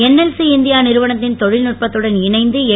NLC India நிறுவனத்தின் தொழிற்நுட்பத்துடன் இணைந்து என்